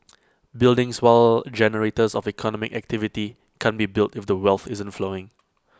buildings while generators of economic activity can't be built if the wealth isn't flowing in